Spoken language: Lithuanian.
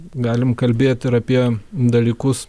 galim kalbėti ir apie dalykus